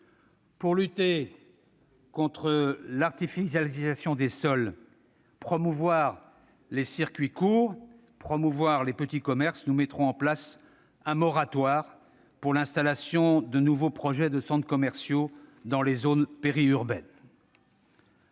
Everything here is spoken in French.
Pour lutter contre l'artificialisation des sols et promouvoir les circuits courts et les petits commerces, nous mettrons en place un moratoire pour l'installation de nouveaux projets de centres commerciaux dans les zones périurbaines.